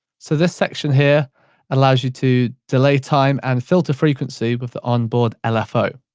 so this section here allows you to delay time and filter frequency with the onboard ah lfo.